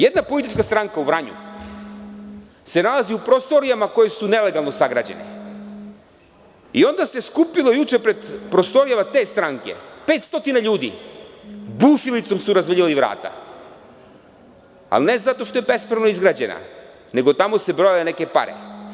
Jedna politička stranka u Vranju se nalazi u prostorijama koje su nelegalno sagrađene i onda se skupilo juče pred prostorijama te stranke 500 ljudi, bušilicom su razvaljivali vrata, ali ne zato što je bespravno izgrađena, nego su se tamo brojale neke pare.